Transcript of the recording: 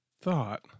thought